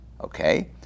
okay